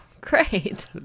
great